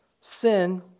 Sin